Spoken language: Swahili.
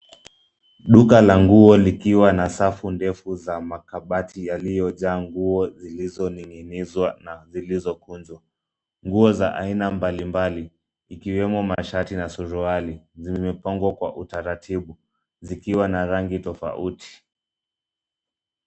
Duka la nguo likiwa na safu ndefu za makabati yaliyojaa nguo zilizoning'inizwa na zilizokunjwa. Nguo za aina mbalimbali ikiwemo mashati na suruali zimepangwa kwa utaratibu zikiwa na rangi tofauti.